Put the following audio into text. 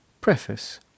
Preface